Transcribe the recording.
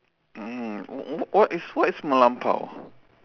mm what what is what is melampau